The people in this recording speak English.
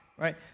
Right